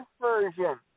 version